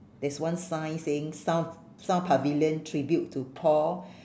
there's one sign saying south south pavilion tribute to paul